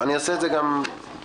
נעשה את זה מעניין,